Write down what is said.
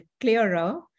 clearer